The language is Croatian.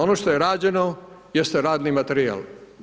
Ono što je rađeno, jeste radni materijal.